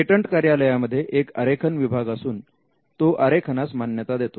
patent कार्यालयांमध्ये एक आरेखन विभाग असून तो आरेखनास मान्यता देतो